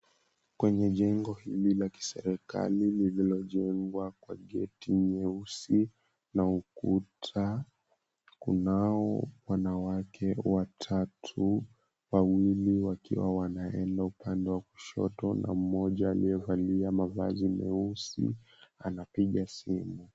Kwenye jengo hili la kiserikali lililojengwa kwa geti nyeusi na ukuta, kunao wanawake watatu. Wawili wakiwa wanaenda upande wa kushoto, na mmoja aliyevalia mavazi meusi, anapiga simu.